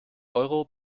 euro